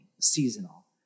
seasonal